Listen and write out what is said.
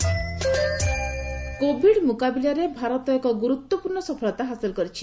Covid status Covid ମୁକାବିଲାରେ ଭାରତ ଏକ ଗୁରୁତ୍ୱପୂର୍ଣ୍ଣ ସଫଳତା ହାସଲ କରିଛି